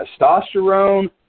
testosterone